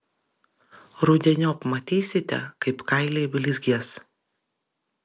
rudeniop matysite kaip kailiai blizgės